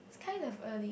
kind of early